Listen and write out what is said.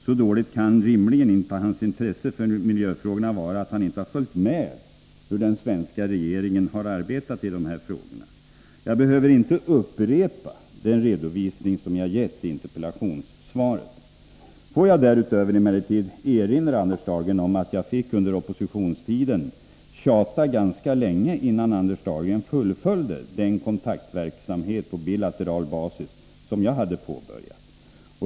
Så dåligt kan rimligen inte hans intresse för miljöfrågorna vara att han inte följt med hur den svenska regeringen har arbetat i dessa frågor. Jag behöver inte upprepa den redovisning som jag har gett i intepellationssvaret. Får jag nu emellertid erinra Anders Dahlgren om att jag under oppositionstiden fick tjata ganska länge innan Anders Dahlgren fullföljde den kontaktverksamhet på bilateral basis som jag hade påbörjat.